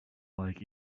like